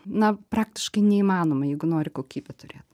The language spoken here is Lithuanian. na praktiškai neįmanoma jeigu nori kokybę turėt